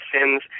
sins